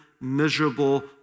miserable